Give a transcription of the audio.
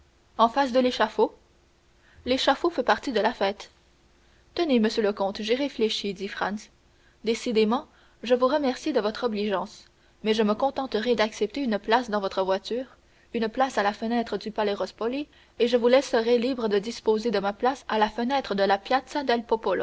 en face de l'échafaud l'échafaud fait partie de la fête tenez monsieur le comte j'ai réfléchi dit franz décidément je vous remercie de votre obligeance mais je me contenterai d'accepter une place dans votre voiture une place à la fenêtre du palais rospoli et je vous laisserai libre de disposer de ma place à la fenêtre de la